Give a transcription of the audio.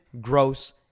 gross